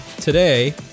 today